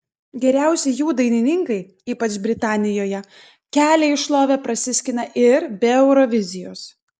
geriausi jų dainininkai ypač britanijoje kelią į šlovę prasiskina ir be eurovizijos